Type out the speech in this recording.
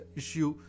issue